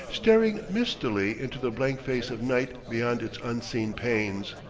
staring mistily into the blank face of night beyond its unseen panes.